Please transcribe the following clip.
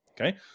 Okay